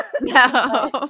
No